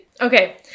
Okay